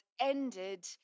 ended